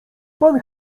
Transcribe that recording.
pan